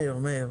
מאיר, מאיר.